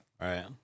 Right